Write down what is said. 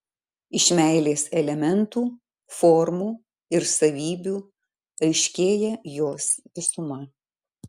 iš meilės elementų formų ir savybių aiškėja jos visuma